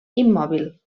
immòbil